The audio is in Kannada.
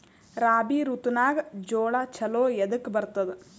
ರಾಬಿ ಋತುನಾಗ್ ಜೋಳ ಚಲೋ ಎದಕ ಬರತದ?